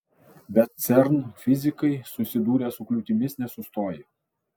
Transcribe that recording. bet cern fizikai susidūrę su kliūtimis nesustoja